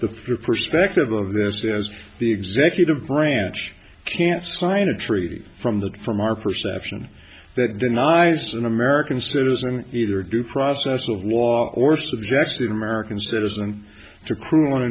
the perspective of this as the executive branch can't sign a treaty from the from our perception that denies an american citizen either due process of law or subject in american citizen to cruel and